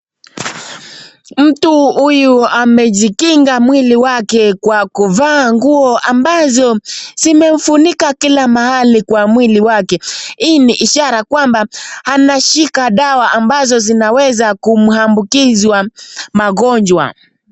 Mtu huyu amejikinga mwili wake kwa kuvaa nguo ambazo zimefunika kila mahali kwa mwili wake. Hii ni ishara kwamba anashika dawa ambazo zinaweza kumuambukiza magonjwa.